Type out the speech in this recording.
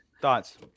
thoughts